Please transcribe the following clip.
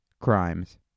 crimes